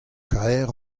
kaer